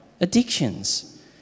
addictions